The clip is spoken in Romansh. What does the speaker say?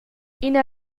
ina